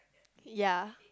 ya